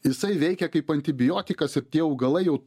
jisai veikia kaip antibiotikas ir tie augalai jau